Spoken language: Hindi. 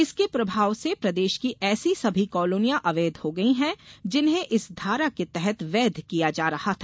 इसके प्रभाव से प्रदेश की ऐसी सभी कॉलोनियां अवैध हो गई हैं जिन्हें इस धारा के तहत वैध किया जा रहा था